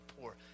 poor